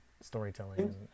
storytelling